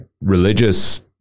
religious